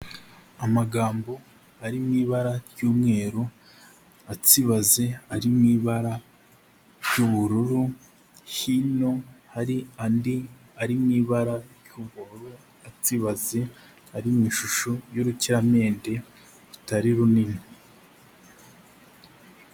Amagambo ari mu ibara ry'umweru atsibaze ari mu ibara ry'ubururu, hino hari andi ari mu ibara ry'ubururu atsibaze, ari mu ishusho y'urukiramende rutari runini.